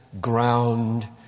ground